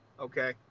Okay